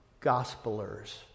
gospelers